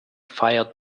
feiert